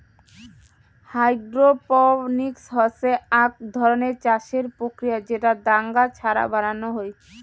hydroponics হসে আক ধরণের চাষের প্রক্রিয়া যেটা দাঙ্গা ছাড়া বানানো হই